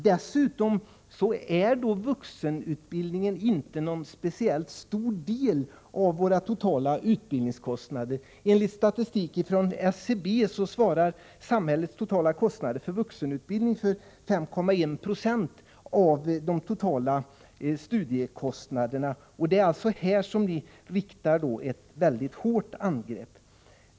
Dessutom är vuxenutbildningen inte någon speciellt stor del av våra totala utbildningskostnader. Enligt statistik från SCB svarar samhällets totalkostnader för vuxenutbildningen för 5,1 96 av de totala studiekostnaderna. Det är alltså här som ni sätter in ett mycket hårt angrepp.